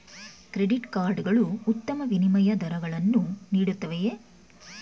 Credit card ಗಳು ಉತ್ತಮ ವಿನಿಮಯ ದರಗಳನ್ನು ನೀಡುತ್ತವೆಯೇ?